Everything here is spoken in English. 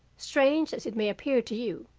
strange as it may appear to you,